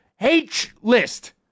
H-list